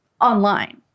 online